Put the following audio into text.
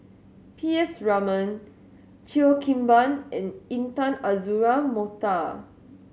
P S Raman Cheo Kim Ban and Intan Azura Mokhtar